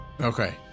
okay